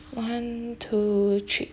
one two three